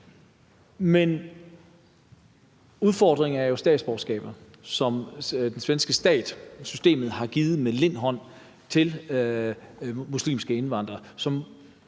Men udfordringen er jo statsborgerskabet, som den svenske stat, systemet, har givet med løs hånd til muslimske indvandrere,